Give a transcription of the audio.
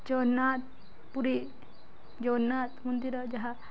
ଜଗନ୍ନାଥ ପୁରୀ ଜଗନ୍ନାଥ ମନ୍ଦିର ଯାହା